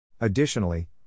Additionally